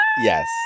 Yes